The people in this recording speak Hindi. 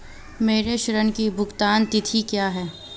मेरे ऋण की भुगतान तिथि क्या है?